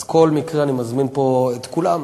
אז כל מקרה שאתם מכירים, אני מזמין פה את כולם.